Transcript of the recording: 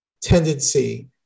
tendency